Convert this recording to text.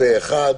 הצבעה אושר.